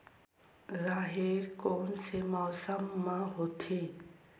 राहेर कोन से मौसम म होथे?